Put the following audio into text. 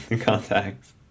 Contacts